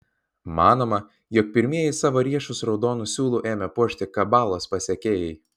manoma jog pirmieji savo riešus raudonu siūlu ėmė puošti kabalos pasekėjai